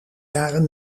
jaren